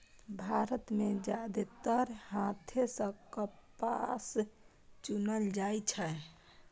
भारत मे जादेतर हाथे सं कपास चुनल जाइ छै